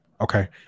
okay